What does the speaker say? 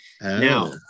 Now